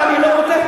אבל אני לא פותח,